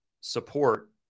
support